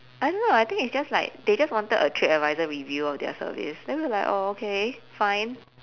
I don't know I think it's just like they just wanted a tripadvisor review of their service then we were like oh okay fine